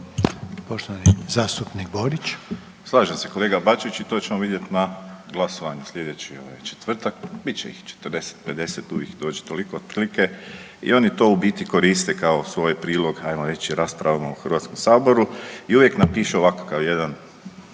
**Borić, Josip (HDZ)** Slažem se kolega Bačić i to ćemo vidjet na glasovanju sljedeći četvrtak. Bit će ih 40, 50 uvijek ih dođe toliko otprilike i oni to u biti koriste kao svoj prilog ajmo reći raspravama u HS-u i uvijek napišu ovakav jedan